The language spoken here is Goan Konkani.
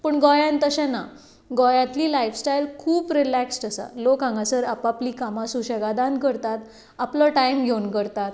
पूण गोंयांत तशें ना गोंयांंतली लायफस्टायल खूब रिलेकस्ड आसा लोक हांगासर आपआपलीं कामां सुसेगाद करतात आपलो टायम घेवन करतात